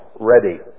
ready